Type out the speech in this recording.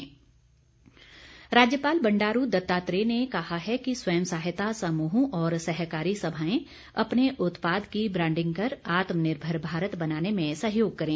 राज्यपाल राज्यपाल बंडारू दत्तात्रेय ने कहा है कि स्वयं सहायता समूह और सहकारी सभाएं अपने उत्पाद की ब्रांडिंग कर आत्म निर्भर भारत बनाने में सहयोग करें